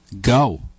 Go